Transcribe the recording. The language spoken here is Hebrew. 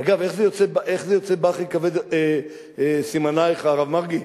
אגב, איך זה יוצא "בך אכבד", סימנך, הרב מרגי?